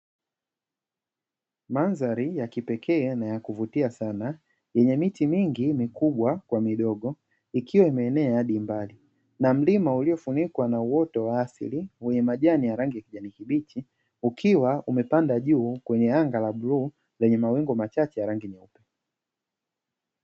Mandhari ya kipekee na ya kuvutia sana yenye miti mingi mikubwa kwa midogo ikiwa imeenea hadi mbali na mlima uliofunikwa na uoto wa asili wenye majani ya rangi ya kijani kibichi ukiwa umepanda juu kwenye anga la blue lenye mawingu machache ya rangi nyeupe.